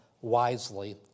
wisely